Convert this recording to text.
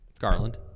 Garland